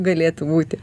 galėtų būti